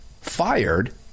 fired